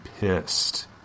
pissed